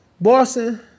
Boston